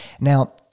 now